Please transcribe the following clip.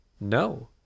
No